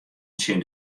tsjin